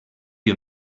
you